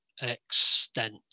extent